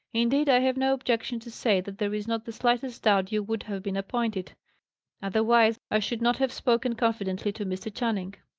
indeed, i have no objection to say that there is not the slightest doubt you would have been appointed otherwise, i should not have spoken confidently to mr. channing.